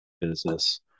business